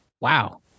wow